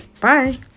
Bye